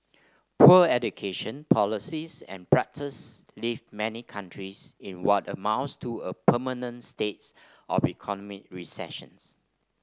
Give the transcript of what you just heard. poor education policies and practices leave many countries in what amounts to a permanent states of economic recessions